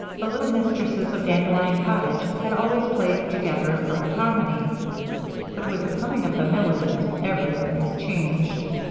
the little mistresses of dandelion cottage had always played together in perfect harmony but with the coming of the milligans everything was changed.